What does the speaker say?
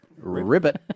Ribbit